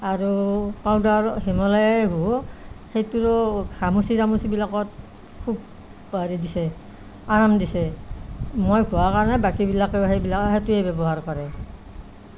আৰু পাউদাৰ হিমালয়ায়ে ঘঁহোঁ সেইটোৰো ঘামুচি তামুচিবিলাকত খুব হেৰি দিছে আৰাম দিছে মই ঘঁহাৰ কাৰণে বাকীবিলাকেও সেইবিলাক সেইটোৱে ব্যৱহাৰ কৰে